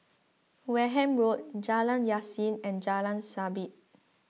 Wareham Road Jalan Yasin and Jalan Sabit